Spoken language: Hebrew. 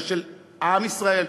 זה של עם ישראל,